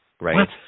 Right